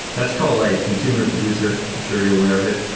that's called like consumer-producer. i'm sure you're aware of it.